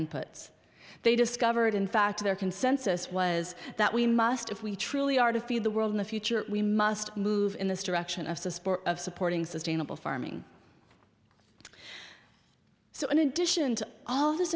inputs they discovered in fact their consensus was that we must if we truly are to feed the world in the future we must move in this direction of the sport of supporting sustainable farming so in addition to all this